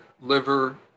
liver